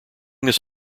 this